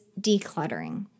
decluttering